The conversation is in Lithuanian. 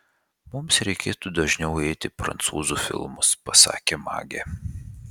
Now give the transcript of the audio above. mums reikėtų dažniau eiti į prancūzų filmus pasakė magė